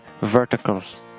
verticals